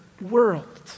world